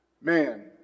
Man